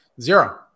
zero